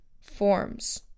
forms